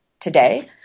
Today